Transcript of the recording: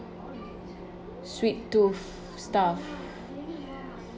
sweet tooth stuff